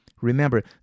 Remember